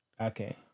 Okay